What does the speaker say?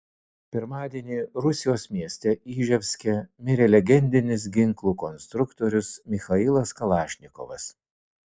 pirmadienį rusijos mieste iževske mirė legendinis ginklų konstruktorius michailas kalašnikovas